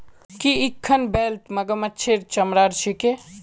की इखन बेल्ट मगरमच्छेर चमरार छिके